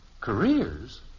Careers